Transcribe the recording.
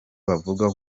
bavuga